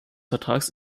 vertrags